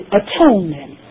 atonement